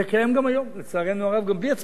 זה קיים גם היום, לצערנו הרב, גם בלי הצבעה.